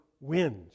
wins